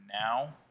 now